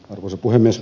arvoisa puhemies